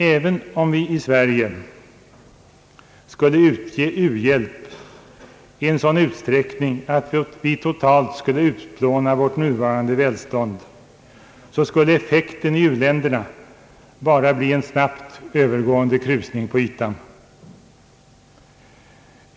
även om vi i Sverige skulle lämna u-hjälp i en sådan utsträckning att vårt nuvarande välstånd totalt utplånades, skulle effekten i u-länderna bara bli en snabbt övergående krusning på ytan.